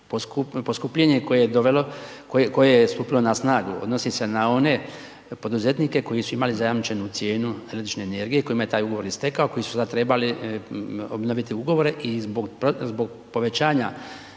dovelo, koje je stupilo na snagu odnosni se na one poduzetnike koji su imali zajamčenu cijenu električne energije kojima je taj ugovor istekao, koji su sad trebali obnoviti ugovore i zbog povećanja